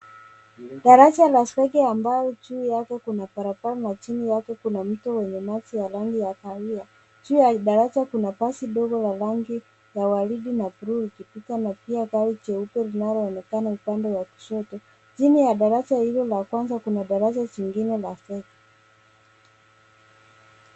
Darasa la zege ambayo juu yake kuna barabara na chini yake kuna mto wenye maji ya rangi ya kahawia. Juu ya daraja kuna basi dogo ya rangi ya waridi na bluu ikipita na pia gari jeupe linaloonekana upande wa kushoto. Chini ya daraja hilo la kwanza kuna daraja zingine za zege.